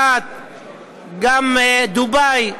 גם האמירויות, גם דובאי,